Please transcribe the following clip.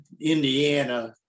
Indiana